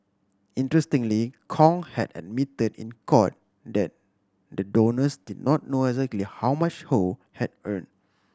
interestingly Kong had admitted in court that the donors did not know exactly how much Ho had earn